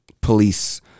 police